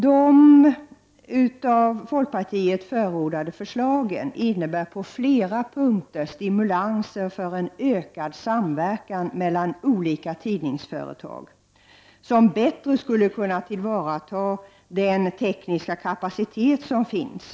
De av folkpartiet framlagda förslagen innebär på flera punkter stimulanser till en ökad samverkan mellan olika tidningsföretag, vilka bättre skulle kunna tillvarata den tekniska kapacitet som finns.